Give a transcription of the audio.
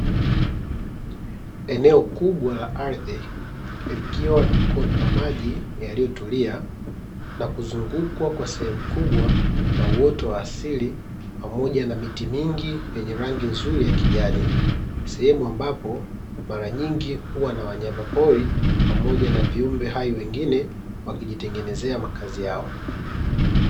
Eneo kubwa la ardhi likiwa na mkondo wamaji yaliyo tulia, nakuzungukwa kwa sehemu kubwa na uoto wa asili pamoja na miti mingi yenye rangi nzuri ya kijani, sehemu ambapo mara nyingi huwa na wanyama pori pamoja na viumbe hai wengine, wakijitengenezea makazi yao.